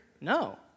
no